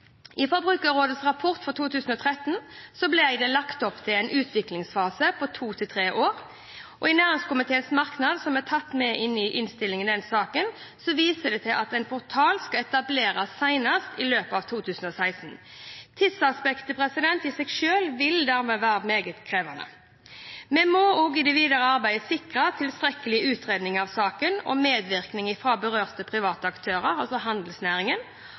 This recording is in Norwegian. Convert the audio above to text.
I Forbrukerrådets rapport fra 2013 ble det lagt opp til en utviklingsfase på to til tre år. I næringskomiteens merknad, som er tatt inn i innstillingen i denne saken, vises det til at en portal skal etableres «senest i løpet av 2016». Tidsaspektet i seg selv vil dermed være meget krevende. Vi må også i det videre arbeidet sikre tilstrekkelig utredning av saken og medvirkning fra berørte private aktører, altså handelsnæringen.